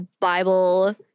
Bible